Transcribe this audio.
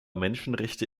menschenrechte